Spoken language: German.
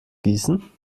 gießen